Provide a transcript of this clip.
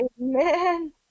amen